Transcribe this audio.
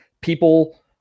people